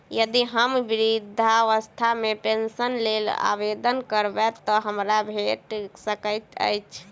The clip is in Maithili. यदि हम वृद्धावस्था पेंशनक लेल आवेदन करबै तऽ हमरा भेट सकैत अछि?